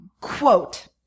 Quote